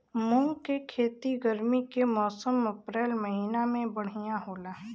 मुंग के खेती गर्मी के मौसम अप्रैल महीना में बढ़ियां होला?